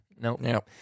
Nope